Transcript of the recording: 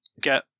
get